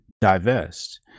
divest